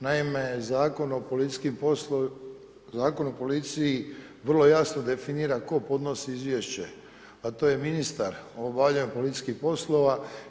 Naime, Zakon o policijskim poslovima, Zakon o policiji vrlo jasno definira tko podnosi izvješće a to je ministar o obavljanju policijskih poslova.